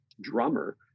drummer